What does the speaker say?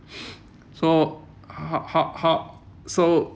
so how how how so